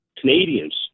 Canadians